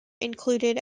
included